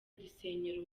dusenyera